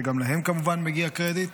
שגם להם כמובן מגיע קרדיט,